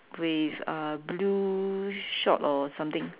with uh blue short or something